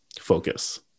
focus